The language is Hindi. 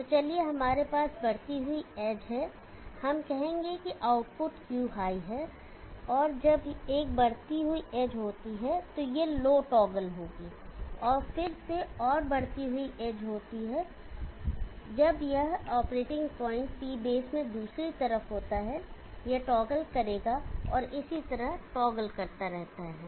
तो चलिए हमारे पास बढ़ती हुई एज है हम कहेंगे कि आउटपुट Q हाई है और जब एक बढ़ती हुई एज होती है तो यह लो टॉगल होगी और फिर से और बढ़ती हुई एज होती है जब यह ऑपरेटिंग पॉइंट पी बेस में दूसरी तरफ होता है यह टॉगल करेगा और इसी तरह टॉगल करता रहता है